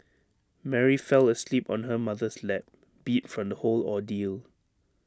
Mary fell asleep on her mother's lap beat from the whole ordeal